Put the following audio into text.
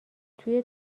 توی